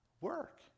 work